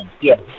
yes